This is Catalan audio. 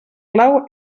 clau